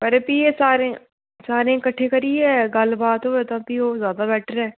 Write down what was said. पर एह् भी एह् सारे सारें गी किट्ठे करियै गल्ल बात होऐ तां फ्ही ओह् ज्यादा बैटर ऐ